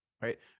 Right